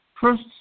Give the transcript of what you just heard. first